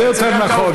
זה צד נכון.